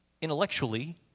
intellectually